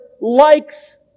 likes